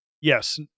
Yes